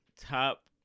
top